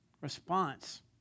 response